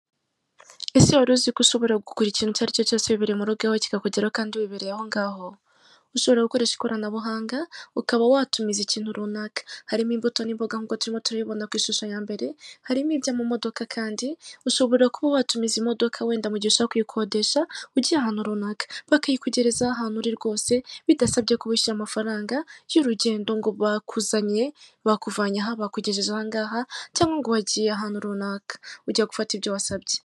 Ese wari uziko ushobora kugura ikintu cyari icyo cyose wibereye mu rugo iwawe kikakugera kandi wibereye aho ngaho ushobora gukoresha ikoranabuhanga ukaba watumiza ikintu runaka, harimo imbuto n'imboga nk'uko turimo turaribona ku ishusho ya mbere harimo iby'amamodoka kandi ushobora kuba watumiza imodoka wenda mugihe ushaka kuyikodesha ugiye ahantu runaka, bakayikugereza ahantu uri rwose bidasabye kubishyura amafaranga y'urugendo ngo bakuzaniye, bakuvanye aha bakujyejeje aha ngaha cyangwa ngo wagiye ahantu runaka ujya gufata ibyo wasabye.